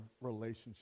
relationship